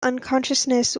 unconsciousness